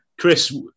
Chris